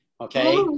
okay